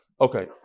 Okay